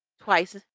twice